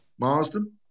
Marsden